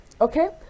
Okay